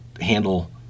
handle